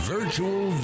Virtual